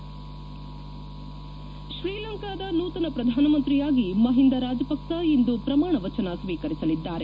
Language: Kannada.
ಹೆಡ್ ಶ್ರೀಲಂಕಾದ ನೂತನ ಪ್ರಧಾನಮಂತ್ರಿಯಾಗಿ ಮಹಿಂದಾ ರಾಜಪಕ್ಸ ಇಂದು ಪ್ರಮಾಣ ವಚನ ಸ್ವೀಕರಿಸಲಿದ್ದಾರೆ